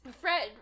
fred